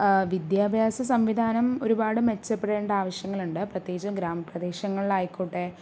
വിദ്യാഭ്യാസ സംവിധാനം ഒരുപാട് മെച്ചപ്പെടേണ്ട ആവശ്യങ്ങളുണ്ട് പ്രത്യേകിച്ച് ഗ്രാമ പ്രദേശങ്ങളിലായിക്കോട്ടെ